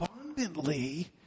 abundantly